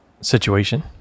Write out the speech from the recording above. situation